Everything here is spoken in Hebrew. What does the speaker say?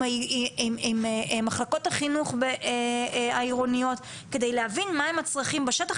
עם מחלקות החינוך העירוניות כדי להבין מה הם הצרכים בשטח,